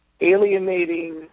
alienating